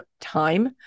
time